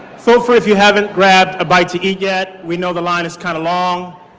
so free if you haven't grabbed a bite to eat yet. we know the line is kind of long.